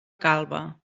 calba